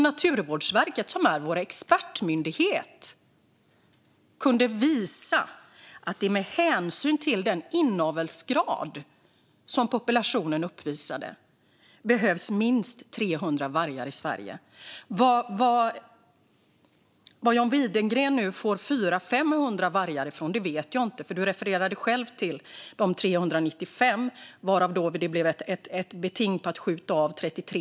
Naturvårdsverket, som är vår expertmyndighet, kunde då visa att det med hänsyn till den inavelsgrad som populationen uppvisade behövs minst 300 vargar i Sverige. Var John Widegren nu får 400-500 vargar ifrån vet jag inte, för han refererade själv till de 395 av vilka det blev beting på att skjuta av 33.